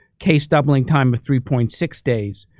case doubling time of three point six days.